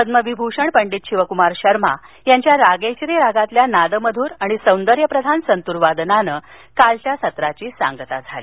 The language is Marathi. पद्मविभूषण पं शिवकुमार शर्मा यांच्या रागेश्री रागातील नादमध्र आणि सौंदर्यप्रधान संतुर वादनानं कालच्या सत्राची सांगता झाली